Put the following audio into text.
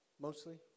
Mostly